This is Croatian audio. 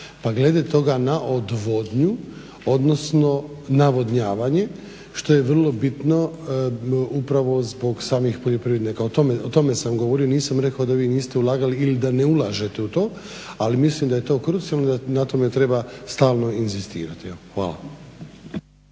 pa glede toga na odvodnju odnosno navodnjavanja što je vrlo bitno upravo zbog samih poljoprivrednika o tome sam govorio. Nisam rekao da vi niste ulagali ili da ne ulažete u to ali mislim da je to krucijalno i da na tome treba stalno inzistirati. Hvala.